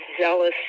zealous